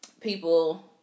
people